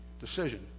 decision